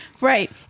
Right